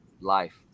Life